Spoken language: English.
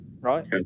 right